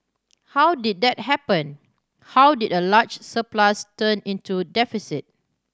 how did that happen how did a large surplus turn into deficit